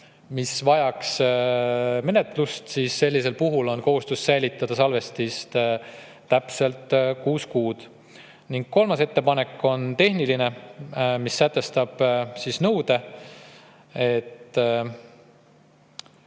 mis vajab menetlust, siis on kohustus säilitada salvestist täpselt kuus kuud. Kolmas ettepanek on tehniline. Uus seadus sätestab nõude, et